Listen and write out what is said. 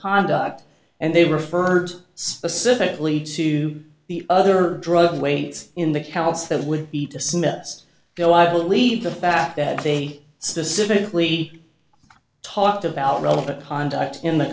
conduct and they referred specifically to the other drug weights in the accounts that would be to smith's go i believe the fact that they specifically talked about relevant conduct in the